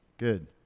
Good